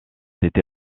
été